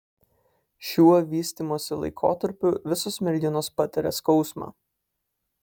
šiuo vystymosi laikotarpiu visos merginos patiria skausmą